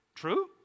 true